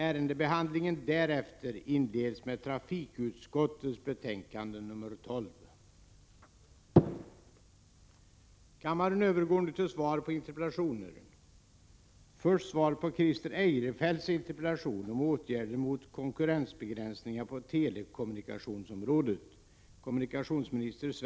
Ärendebehandlingen därefter inleds med trafikutskottets betänkande 12.